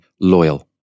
loyal